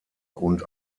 und